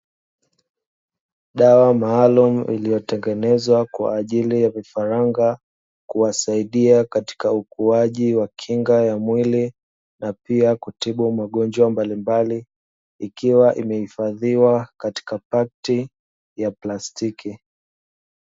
Dawa maalumu iliyotengenezwa kwa ajili ya vifaranga, kuwasaidia katika ukuaji wa kinga ya mwili, na pia kutibu magonjwa mbalimbali, ikiwa imehifadhiwa katika pakiti ya plastiki .